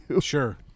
Sure